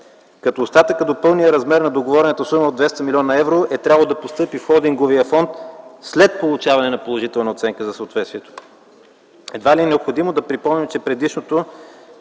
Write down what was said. като остатъкът до пълния размер на договорената сума от 200 млн. евро е трябвало да постъпи в холдинговия фонд след получаване на положителна оценка за съответствието. Едва ли е необходимо да припомням, че предишното